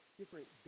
different